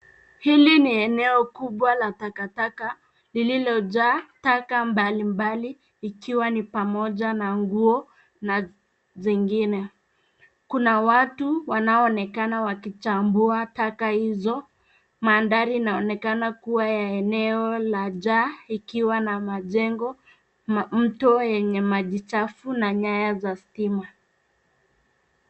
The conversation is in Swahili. Hili ni eneo kubwa la takataka lililojaa taka mbalimbali ikiwa ni pamoja na nguo na zingine. Kuna watu wanaonekana wakichambua taka hizo. Mandhari inaonekana kuwa ya eneo la jaa ikiwa na majengo, mto yenye maji chafu na nyaya za stima.